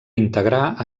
integrar